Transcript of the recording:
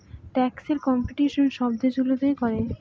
ট্যাক্সে কম্পিটিশন সব দেশগুলো করে